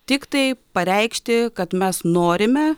tiktai pareikšti kad mes norime